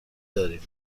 داریم